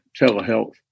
telehealth